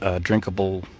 drinkable